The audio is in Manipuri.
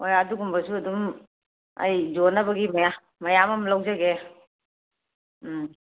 ꯍꯣꯏ ꯑꯗꯨꯒꯨꯝꯕꯁꯨ ꯑꯗꯨꯝ ꯑꯩ ꯌꯣꯟꯅꯕꯒꯤ ꯃꯌꯥꯝ ꯃꯌꯥꯝ ꯑꯃ ꯂꯧꯖꯒꯦ ꯎꯝ